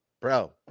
bro